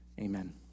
Amen